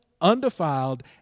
undefiled